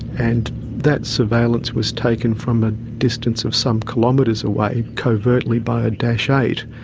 and that surveillance was taken from a distance of some kilometres away, covertly by a dash eight.